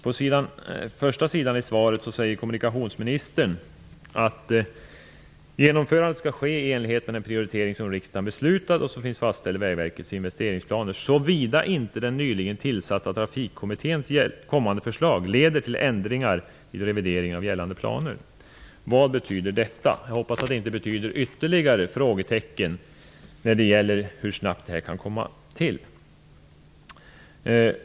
På första sidan i svaret säger kommunikationsministern: "Genomförandet skall dock ske i enlighet med den prioritering som riksdagen beslutat och som också finns fastställd i verkets investeringsplaner, såvida inte den nyligen tillsatta Trafikkommitténs kommande förslag leder till ändringar vid revideringen av gällande planer." Vad betyder detta? Jag hoppas att det inte betyder ytterligare frågetecken när det gäller hur snabbt det kan komma till stånd.